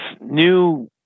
new